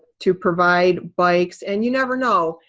to provide bikes. and you never know,